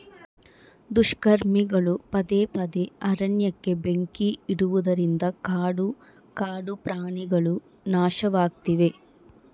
ದುಷ್ಕರ್ಮಿಗಳು ಪದೇ ಪದೇ ಅರಣ್ಯಕ್ಕೆ ಬೆಂಕಿ ಇಡುವುದರಿಂದ ಕಾಡು ಕಾಡುಪ್ರಾಣಿಗುಳು ನಾಶವಾಗ್ತಿವೆ